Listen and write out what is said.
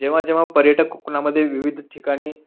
जेव्हा जेव्हा पर्यटक कुणामध्ये विविध ठिकाणी